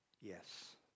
Yes